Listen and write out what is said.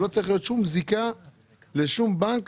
שלא צריכה להיות שום זיקה בין שום בנק